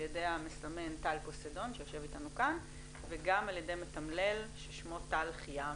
ידי המסמן טל פוסדון שיושב איתנו כאן וגם על ידי מתמלל ששמו טל חי-עם